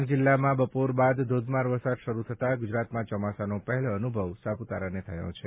ડાંગ જિલ્લામાં બપોર બાદ ધોધમાર વરસાદ શરૂ થતા ગુજરાતમાં ચોમાસાનો પહેલો અનુભવ સાપુતારાને થયો છે